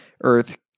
Earth